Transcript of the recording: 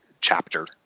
chapter